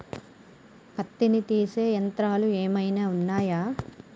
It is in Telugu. పత్తిని తీసే యంత్రాలు ఏమైనా ఉన్నయా?